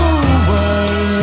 away